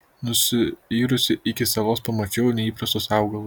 nusiyrusi iki salos pamačiau neįprastus augalus